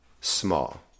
small